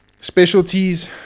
specialties